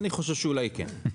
אני חושב שאולי כן.